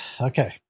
Okay